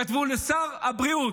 כתבו לשר הבריאות,